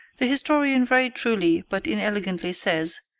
the historian very truly but inelegantly says,